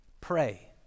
Pray